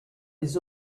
des